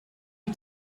you